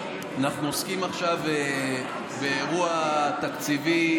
אנחנו עוסקים עכשיו באירוע תקציבי,